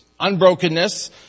Unbrokenness